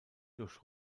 durch